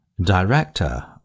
director